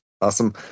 Awesome